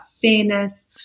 fairness